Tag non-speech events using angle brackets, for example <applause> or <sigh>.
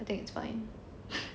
I think it's fine <laughs>